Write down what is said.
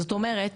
זאת אומרת,